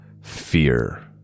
fear